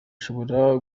ishobora